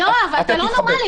יואב, אתה לא נורמלי.